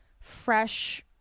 fresh